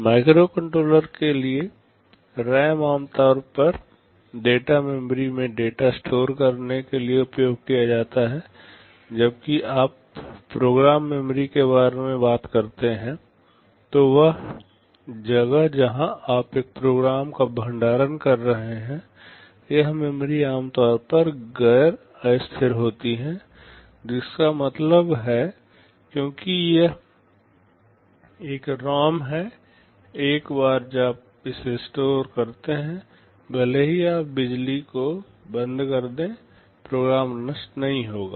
microcontroller के लिए RAM आमतौर पर डेटा मेमोरी में डेटा स्टोर करने के लिए उपयोग किया जाता है लेकिन जब आप प्रोग्राम मेमोरी के बारे में बात करते हैं तो वह जगह जहां आप एक प्रोग्राम का भंडारण कर रहे हैं यह मेमोरी आमतौर पर गैर अस्थिर होती है जिसका मतलब है क्योंकि यह एक रौम है एक बार जब आप इसे स्टोर करते हैं भले ही आप बिजली को बंद कर दें प्रोग्राम नष्ट नहीं होगा